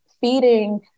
feeding